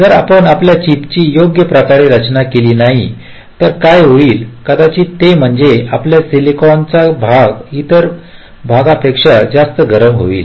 जर आपण आपल्या चिप ची योग्य प्रकारे रचना केली नाही तर काय होईल कदाचित ते म्हणजे आपल्या सिलिकॉनचा काही भाग इतर भागा पेक्षा जास्त गरम होईल